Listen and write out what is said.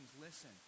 listen